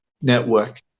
network